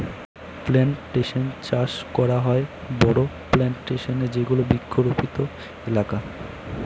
plantation চাষ করা হয় বড়ো প্লানটেশনে যেগুলো বৃক্ষরোপিত এলাকা